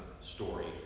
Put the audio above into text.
story